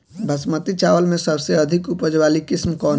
बासमती चावल में सबसे अधिक उपज वाली किस्म कौन है?